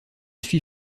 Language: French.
suis